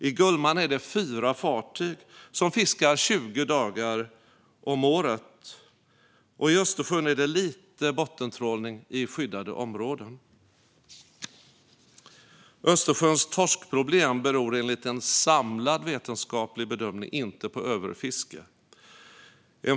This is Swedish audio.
I Gullmarn är det fyra fartyg som fiskar 20 dagar om året. I Östersjön sker lite bottentrålning i skyddade områden. Östersjöns torskproblem beror enligt en samlad vetenskaplig bedömning inte på överfiske.